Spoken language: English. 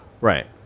Right